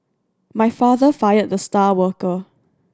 my father fired the star worker